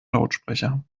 lautsprecher